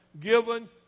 given